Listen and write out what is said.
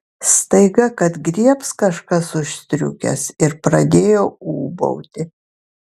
staiga kad griebs kažkas už striukės ir pradėjo ūbauti